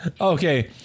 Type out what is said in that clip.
Okay